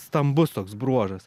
stambus toks bruožas